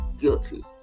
guilty